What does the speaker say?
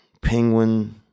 Penguin